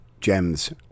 gems